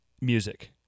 music